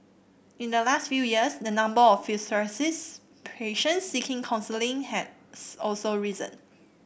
in the last few years the number of psoriasis patients seeking counselling has also risen